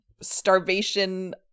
starvation